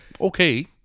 Okay